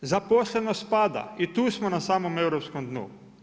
Zaposlenost pada i tu smo na samom europskom dnu.